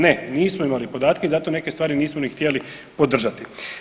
Ne, nismo imali podatke i zato neke stvari nismo ni htjeli podržati.